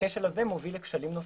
הכשל הזה מוביל לכשלים נוספים,